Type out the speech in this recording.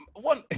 one